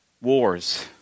wars